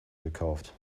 gekauft